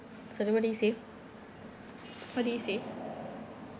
sorry what do you say what do you say